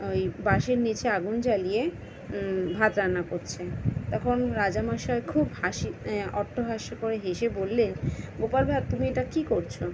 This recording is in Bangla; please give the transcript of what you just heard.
ওই বাঁশের নিচে আগুন জ্বালিয়ে ভাত রান্না করছে তখন রাজামশাই খুব হাসি অট্টহাস্য করে হেঁসে বললেন গোপাল ভাঁড় তুমি এটা কী করছো